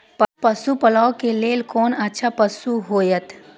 पशु पालै के लेल कोन अच्छा पशु होयत?